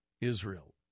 Israel